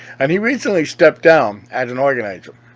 and he recently stepped down as an organizer.